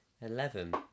Eleven